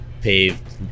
Paved